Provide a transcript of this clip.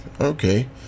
Okay